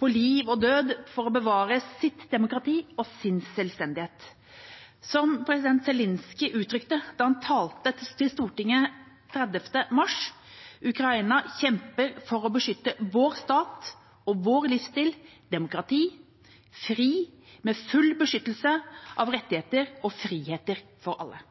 på liv og død for å bevare sitt demokrati og sin selvstendighet. Som president Zelenskyj uttrykte da han talte til Stortinget 30. mars: Ukraina kjemper for å beskytte vår stat og vår livsstil – demokratisk, fri, med full beskyttelse av rettigheter og friheter for alle.